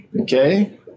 Okay